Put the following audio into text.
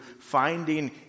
finding